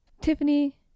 Tiffany